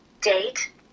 Date